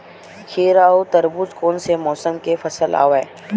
खीरा व तरबुज कोन से मौसम के फसल आवेय?